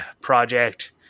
project